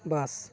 ᱵᱟᱥ